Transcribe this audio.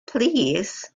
plîs